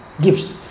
gifts